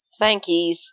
Thankies